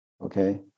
okay